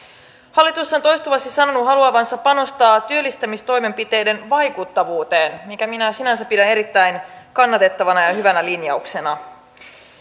hallitus on toistuvasti sanonut haluavansa panostaa työllistämistoimenpiteiden vaikuttavuuteen mitä minä sinänsä pidän erittäin kannatettavana ja hyvänä linjauksena